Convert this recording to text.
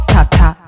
Tata